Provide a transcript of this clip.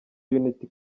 unity